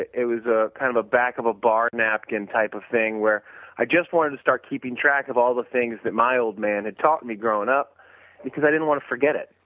it it was ah kind of a back of a bar napkin type of thing where i just wanted to start keeping track of all the things that my old man had taught me growing up because i didn't want to forget it.